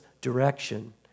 direction